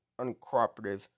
uncooperative